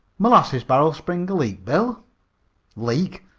molasses barrel spring a leak, bill? leak?